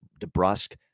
DeBrusque